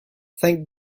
thank